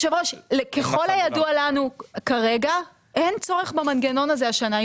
ככל הידוע לנו כרגע אין צורך במנגנון הזה השנה.